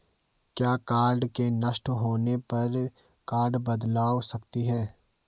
क्या कार्ड के नष्ट होने पर में कार्ड बदलवा सकती हूँ?